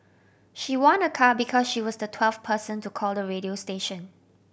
she won a car because she was the twelfth person to call the radio station